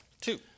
Two